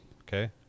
Okay